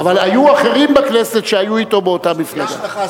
אבל היו אחרים בכנסת שהיו אתו באותה מפלגה.